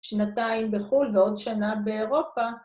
שנתיים בחול ועוד שנה באירופה.